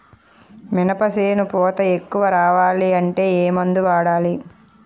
మినప చేను పూత ఎక్కువ రావాలి అంటే ఏమందు వాడాలి?